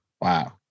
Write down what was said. Wow